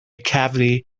cavity